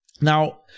now